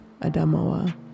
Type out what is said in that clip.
Adamawa